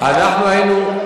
אנחנו היינו,